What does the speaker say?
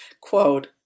quote